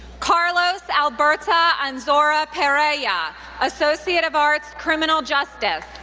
carlos alberto anzora pereira, yeah associate of arts, criminal justice.